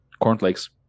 Cornflakes